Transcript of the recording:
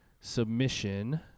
submission